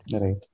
Right